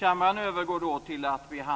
Herr talman!